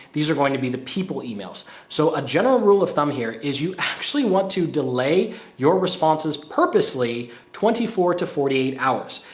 these are going to be the people emails. so a general rule of thumb here is you actually want to delay your responses purposely twenty four to forty eight hours.